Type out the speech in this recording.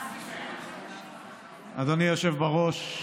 אדוני היושב-ראש,